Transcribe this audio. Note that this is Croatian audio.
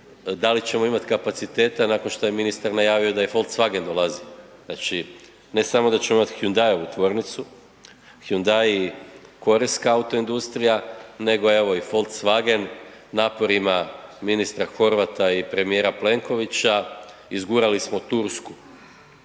da li ćemo imati kapacitete nakon što je ministar najavio da je Volkswagen dolazi. Znači ne samo da ćemo imati Hyundaievu tvornicu, Hyundai korejska autoindustrija, nego evo i Volkswagen naporima ministra Horvata i premijera Plenkovića, izgurali smo Tursku